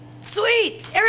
Sweet